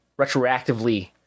retroactively